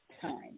time